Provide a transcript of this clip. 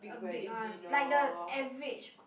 a big one like the average